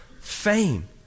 fame